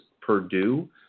Purdue